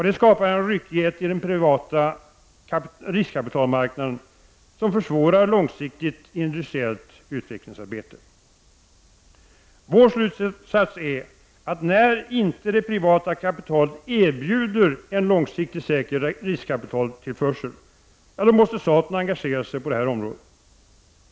Det skapar en ryckighet i den privata riskkapitalmarknaden som försvårar långsiktigt industriellt utvecklingsarbete. Vår slutsats är att när inte det privata kapitalet erbjuder en långsiktigt säker riskkapitaltillförsel, måste staten engagera sig på detta område.